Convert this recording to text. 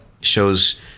shows